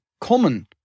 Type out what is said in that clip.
common